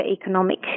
economic